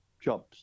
jobs